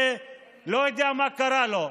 לא יודע מה קרה לו,